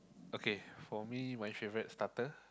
okay for me my favorite starter